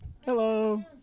Hello